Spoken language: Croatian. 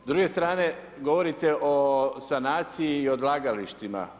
S druge strane govorite o sanaciji i odlagalištima.